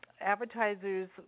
advertisers